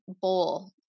bowl